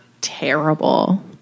terrible